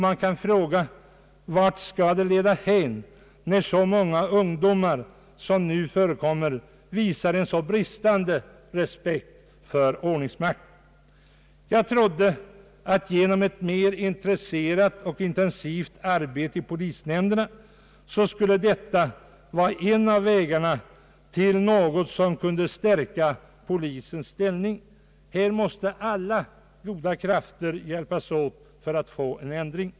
Man kan fråga sig vart det skall leda hän när så många ungdomar visar så bristande respekt för ordningsmakten som nu är fallet. Jag tror att ett mer intresserat och intensivt arbete i polisnämnderna skulle vara en av vägarna att stärka polisens ställning. Här måste alla goda krafter hjälpas åt för att få en ändring.